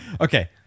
Okay